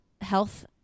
health